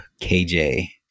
KJ